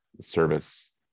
service